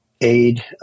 aid